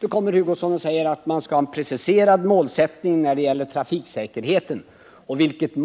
Nu sade Kurt Hugosson att man skall ha en preciserad målsättning när det gäller trafiksäkerhetsarbetet.